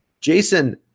Jason